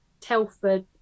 Telford